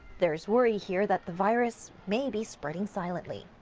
there's worry here that the virus may be spreading silently.